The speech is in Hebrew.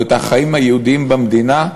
או את החיים היהודיים במדינה,